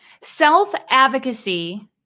Self-advocacy